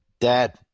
Dad